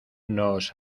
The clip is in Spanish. nos